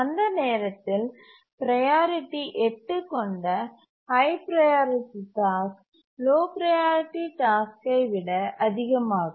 அந்த நேரத்தில் ப்ரையாரிட்டி 8 கொண்ட high priority task low priority டாஸ்க்யை விட அதிகமாகும்